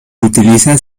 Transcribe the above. utiliza